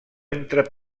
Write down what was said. entre